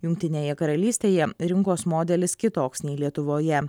jungtinėje karalystėje rinkos modelis kitoks nei lietuvoje